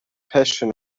passion